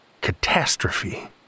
catastrophe